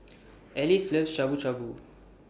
Alyse loves Shabu Shabu